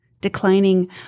declining